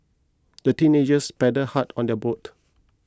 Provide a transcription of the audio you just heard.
the teenagers paddled hard on their boat